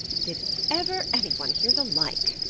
did ever anyone hear the like!